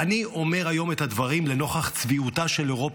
אני אומר היום את הדברים לנוכח צביעותה של אירופה,